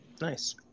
Nice